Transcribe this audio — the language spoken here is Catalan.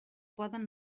poden